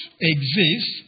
exist